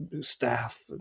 staff